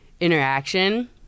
interaction